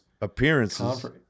Appearances